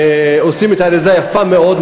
ועושים את האריזה יפה מאוד,